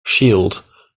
shield